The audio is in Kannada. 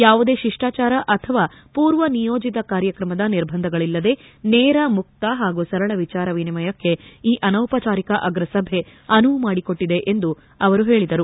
ಯಾವುದೇ ಶಿಷ್ಟಾಚಾರ ಅಥವಾ ಪೂರ್ವನಿಯೋಜಿತ ಕಾರ್ಯಕ್ರಮದ ನಿರ್ಬಂಧಗಳಿಲ್ಲದೇ ನೇರ ಮುಕ್ತ ಹಾಗೂ ಸರಳ ವಿಚಾರ ವಿನಿಮಯಕ್ಕೆ ಈ ಅನೌಪಚಾರಿಕ ಅಗ್ರಸಭೆ ಅನುವು ಮಾಡಿಕೊಟ್ಟದೆ ಎಂದು ಅವರು ಹೇಳಿದರು